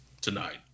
tonight